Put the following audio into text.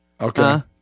okay